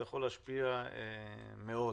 אתה יכול להשפיע מאוד,